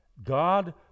God